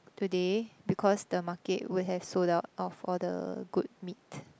today because the market would have sold out of all the good meat